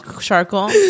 charcoal